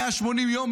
180 יום,